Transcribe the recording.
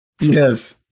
Yes